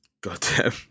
goddamn